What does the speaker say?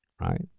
right